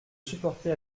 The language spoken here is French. supportait